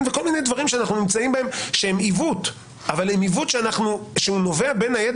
וכל מיני דברים שהם עיוות שנובע בין היתר